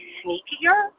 sneakier